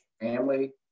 family